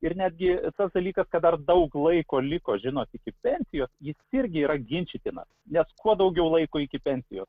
ir netgi tas dalykas kad dar daug laiko liko žinot iki pensijos jis irgi yra ginčytinas nes kuo daugiau laiko iki pensijos